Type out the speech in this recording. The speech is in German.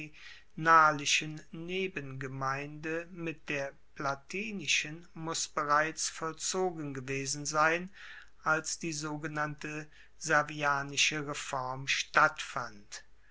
nebengemeinde mit der palatinischen muss bereits vollzogen gewesen sein als die sogenannte servianische reform stattfand